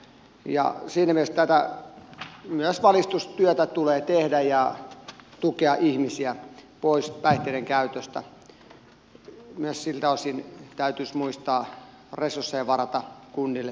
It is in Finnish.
siinä mielessä myös valistustyötä tulee tehdä ja tukea ihmisiä pois päihteiden käytöstä ja myös siltä osin täytyisi muistaa resursseja varata kunnille tulevissa talousarvioissa